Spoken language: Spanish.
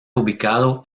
ubicado